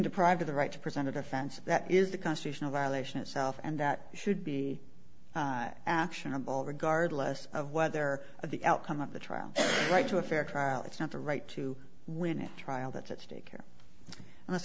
deprived of the right to present a defense that is the constitutional violation itself and that should be actionable regardless of whether the outcome of the trial right to a fair trial it's not the right to win a trial that's at stake